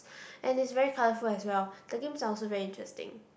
and it's very colourful as well the games are also very interesting